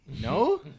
No